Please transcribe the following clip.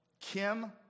Kim